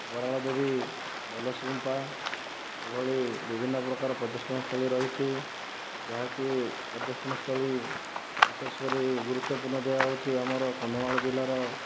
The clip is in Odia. ବରାଳ ଦେବୀ ବଲସଗୁମ୍ଫା ଏଭଳି ବିଭିନ୍ନ ପ୍ରକାର ପର୍ଯ୍ୟଟନ ସ୍ଥଳୀ ରହିଛି ଯାହାକି ପର୍ଯ୍ୟଟନ ସ୍ଥଳୀ ବିଶେଷ କରି ଗୁରୁତ୍ୱପୂର୍ଣ୍ଣ ଦିଆ ହେଉଛି ଆମର କନ୍ଧମାଳ ଜିଲ୍ଲାର